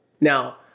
Now